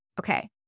Okay